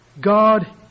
God